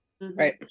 Right